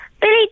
Billy